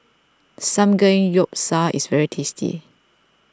Samgeyopsal is very tasty